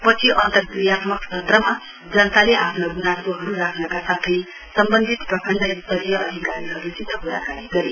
पछि अन्तर्क्रियात्मक सत्रमा जनताले आफ्ना गुनासोहरू राख्रका साथै सम्वन्धित प्रखण्ड स्तरीय अधिकारीहरूसित क्राकानी गरे